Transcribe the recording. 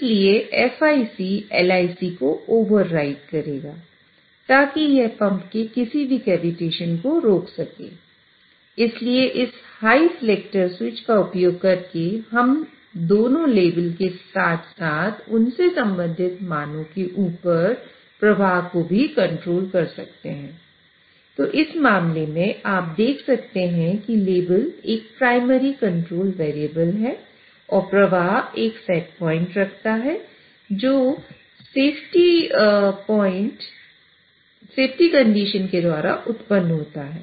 इसलिए FIC LIC को override करेगा ताकि यह पंप के किसी भी कैविटेशन है और प्रवाह एक सेट पॉइंट रखता है जो सेफ्टी कंडीशन के द्वारा उत्पन्न होता है